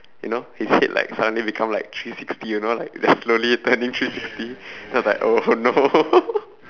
you know his head like suddenly become like three sixty you know like just slowly turning three sixty then I was like oh no